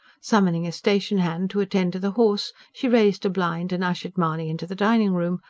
summoning a station-hand to attend to the horse, she raised a blind and ushered mahony into the dining-room,